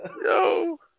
No